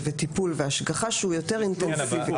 טיפול והשגחה שהוא יתר אינטנסיבי.